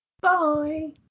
bye